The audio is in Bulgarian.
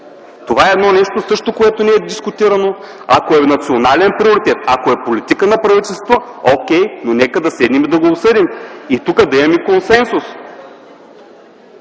Това е още едно нещо, което също не е дискутирано. Ако е национален приоритет, ако е политика на правителството – добре, но нека да седнем и да го обсъдим. И тук да имаме консенсус.